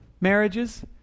marriages